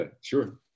sure